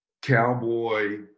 Cowboy